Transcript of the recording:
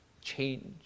change